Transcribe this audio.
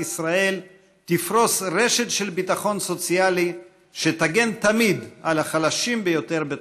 ישראל תפרוס רשת של ביטחון סוציאלי שתגן תמיד על החלשים ביותר בתוכה.